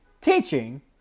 teaching